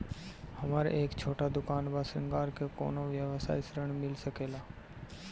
हमर एक छोटा दुकान बा श्रृंगार के कौनो व्यवसाय ऋण मिल सके ला?